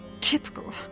Typical